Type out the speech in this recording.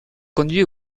conduit